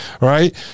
right